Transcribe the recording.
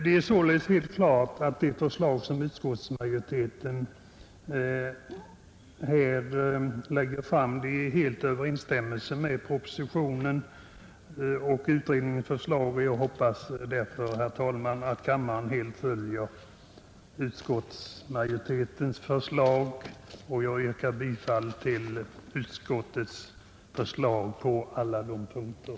Det är således uppenbart att det förslag, som utskottsmajoriteten framlägger, är helt i överensstämmelse med propositionen och utredningens förslag. Jag hoppas därför, herr talman, att kammaren följer utskottsmajoriteten, och jag yrkar bifall till utskottets förslag på samtliga punkter.